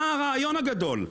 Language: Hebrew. מה הרעיון הגדול?